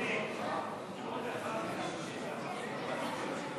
55 מתנגדים.